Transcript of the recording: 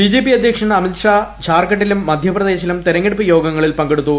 BJP അധ്യക്ഷൻ അമിത് ഷാ ജാർഖണ്ഡിലും മധ്യപ്രദേശിലും തെരഞ്ഞെ ടുപ്പ് യോഗങ്ങളിൽ പങ്കെടുത്തു